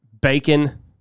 Bacon